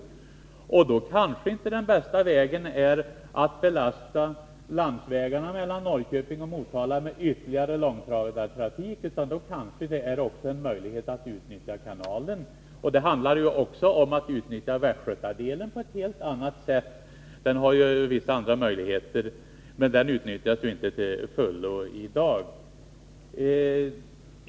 Det bästa är kanske inte att belasta landsvägarna mellan Norrköping och Motala med ytterligare långtradartrafik; det kanske också finns en möjlighet att utnyttja kanalen. Det handlar också om att utnyttja Västgötadelen på ett helt annat sätt än i dag; den har vissa andra möjligheter, men den utnyttjas i dag inte till fullo.